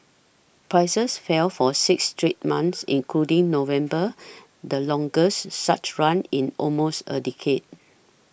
prices fell for six straight months including November the longest such run in almost a decade